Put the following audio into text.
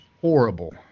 horrible